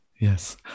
Yes